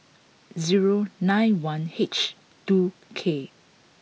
zero nine one H two K